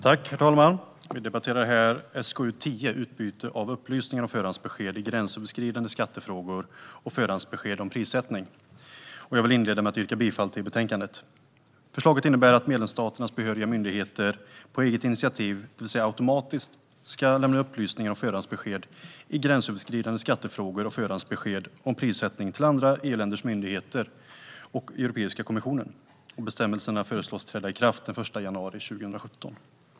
Herr talman! Vi debatterar här betänkande SkU10 Utbyte av upplysningar om förhandsbesked i gränsöverskridande skattefrågor och förhandsbesked om prissättning . Jag vill inleda med att yrka bifall till förslaget i betänkandet. Förslaget innebär att medlemsstaternas behöriga myndigheter på eget initiativ, det vill säga automatiskt, ska lämna upplysningar om förhandsbesked i gränsöverskridande skattefrågor och förhandsbesked om prissättning till andra EU-länders myndigheter och Europeiska kommissionen. Bestämmelserna föreslås träda i kraft den 1 januari 2017.